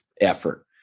effort